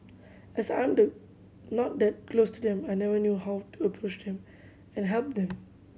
as I'm the not that close to them I never knew how to approach them and help them